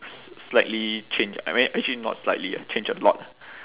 s~ slightly changed I mean actually not slightly ah changed a lot